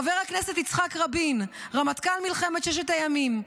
חבר הכנסת יצחק רבין, רמטכ"ל מלחמת ששת הימים,